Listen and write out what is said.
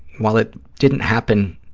while it didn't happen